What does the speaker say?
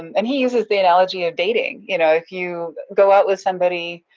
um and he uses the analogy of dating. y'know, if you go out with somebody,